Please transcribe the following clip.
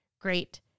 great